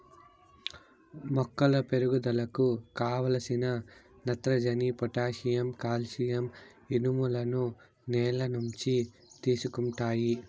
మొక్కల పెరుగుదలకు కావలసిన నత్రజని, పొటాషియం, కాల్షియం, ఇనుములను నేల నుంచి తీసుకుంటాయి